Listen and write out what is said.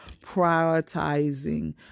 prioritizing